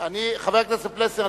חבר הכנסת פלסנר,